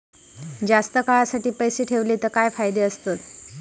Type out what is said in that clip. जास्त काळासाठी पैसे ठेवले तर काय फायदे आसत?